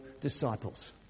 disciples